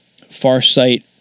Farsight